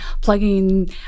plugging